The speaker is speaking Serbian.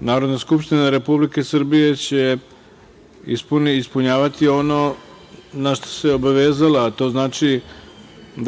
Narodna skupština Republike Srbije će ispunjavati ono na šta se obavezala, a to znači